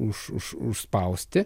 už už užspausti